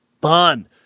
fun